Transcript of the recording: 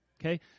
Okay